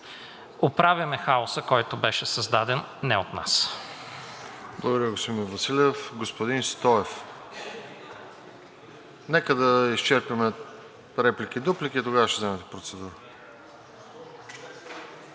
оправяме хаоса, който беше създаден не от нас.